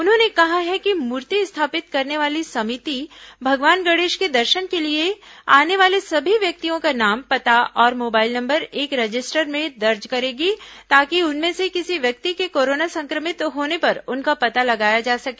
उन्होंने कहा है कि मूर्ति स्थापित करने वाली समिति भगवान गणेश के दर्शन के लिए आने वाले सभी व्यक्तियों का नाम पता और मोबाइल नंबर एक रजिस्टर में दर्ज करेगी ताकि उनमें से किसी व्यक्ति के कोरोना संक्रमित होने पर उनका पता लगाया जा सके